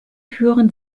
türen